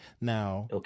now